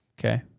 Okay